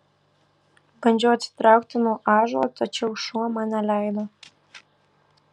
bandžiau atsitraukti nuo ąžuolo tačiau šuo man neleido